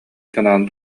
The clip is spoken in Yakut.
санааны